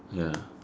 ya